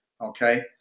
okay